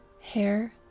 hair